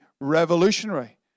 revolutionary